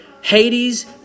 Hades